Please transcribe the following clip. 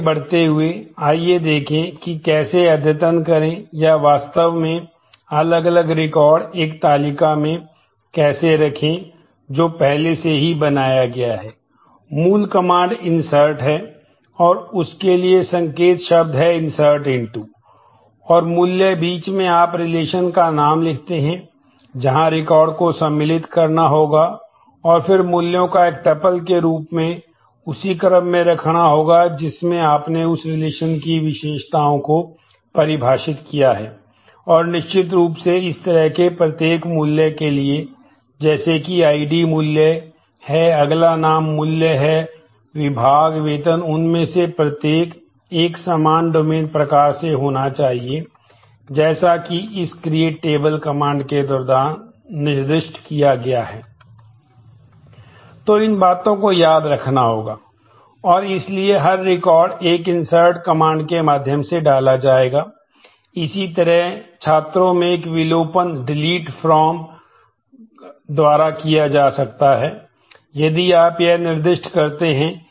आगे बढ़ते हुए आइए देखें कि कैसे अद्यतन करें या वास्तव में अलग अलग रिकॉर्ड के दौरान निर्दिष्ट किया गया है